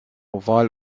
oval